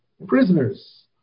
prisoners